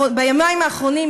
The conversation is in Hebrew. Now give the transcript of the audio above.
ביומיים האחרונים,